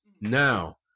Now